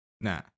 Nah